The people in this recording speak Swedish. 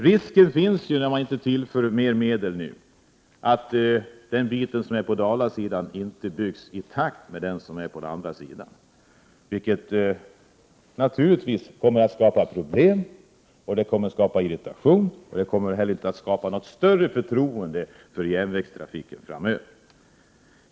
Risken finns, när man inte tillför mera medel, att den bit som är på Dalasidan inte byggs ut i takt med den bit som finns på andra sidan länsgränsen. Detta kommer naturligtvis att skapa problem och irritation. Det kommer inte att skapa något större förtroende för järnvägstrafiken framöver.